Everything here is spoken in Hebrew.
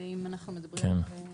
ואם אנחנו לא יכולים